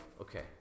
Okay